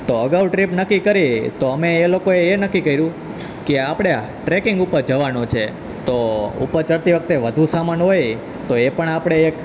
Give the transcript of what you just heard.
તો અગાઉ ટ્રીપ નક્કી કરી તો અમે એ લોકોએ એ નક્કી કર્યુ કે આપણે આ ટ્રેકિંગ ઉપર જવાનું છે તો ઉપર ચડતી વખતે વધુ સામાન હોય તો એ પણ આપણે એક